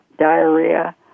diarrhea